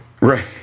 Right